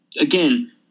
again